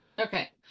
Okay